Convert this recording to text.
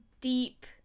deep